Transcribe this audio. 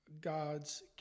God's